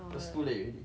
cause too late already